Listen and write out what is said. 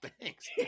thanks